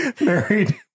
married